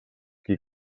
qui